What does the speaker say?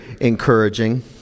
encouraging